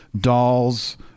dolls